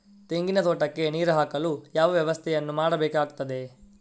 ತೆಂಗಿನ ತೋಟಕ್ಕೆ ನೀರು ಹಾಕಲು ಯಾವ ವ್ಯವಸ್ಥೆಯನ್ನು ಮಾಡಬೇಕಾಗ್ತದೆ?